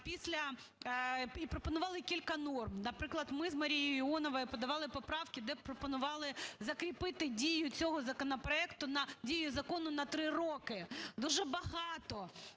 і пропонували кілька норм. Наприклад, ми з Марією Іоновою подавали поправки, де пропонували закріпити дію цього законопроекту, дію закону на три роки. Дуже багато